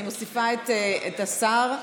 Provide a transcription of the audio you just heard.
אני מוסיפה את השר,